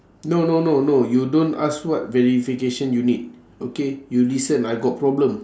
no no no no you don't ask what verification you need okay you listen I got problem